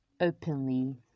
openly